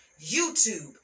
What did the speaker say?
YouTube